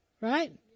right